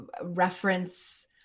reference